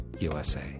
USA